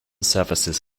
services